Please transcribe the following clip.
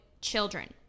children